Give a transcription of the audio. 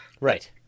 right